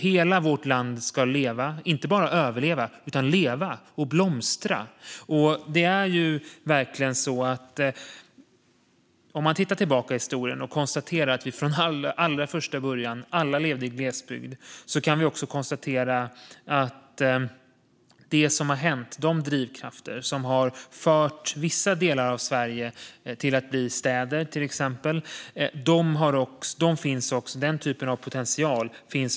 Hela vårt land ska leva - inte bara överleva, utan leva och blomstra. Om man tittar tillbaka i historien och konstaterar att vi alla från första början levde i glesbygd kan vi också konstatera att de drivkrafter och den typ av potential som har gjort att vissa delar av Sverige blivit städer, till exempel, finns i hela landet.